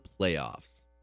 playoffs